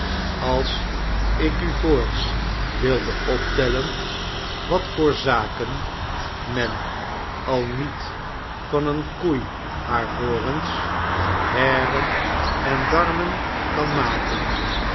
als ik u voorts wilde optellen wat voor zaken men al niet van een koei haar horens hairen en darmen kan maken